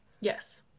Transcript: Yes